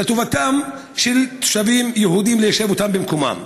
לטובתם של תושבים יהודים וליישב אותם במקומם.